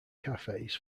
cafes